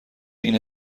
این